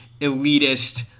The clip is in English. elitist